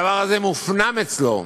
הדבר הזה מופנם אצלו,